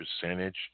percentage